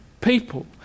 people